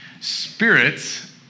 Spirits